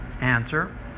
answer